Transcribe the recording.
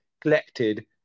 collected